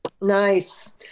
Nice